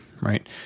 right